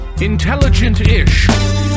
Intelligent-ish